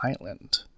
Island